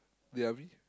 ya are we